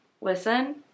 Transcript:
listen